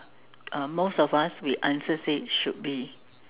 uh most of us we answer say should be